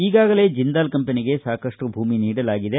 ಈಗಾಗಲೇ ಜಿಂದಾಲ್ ಕಂಪನಿಗೆ ಸಾಕಷ್ಟು ಭೂಮಿ ನೀಡಲಾಗಿದೆ